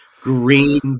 green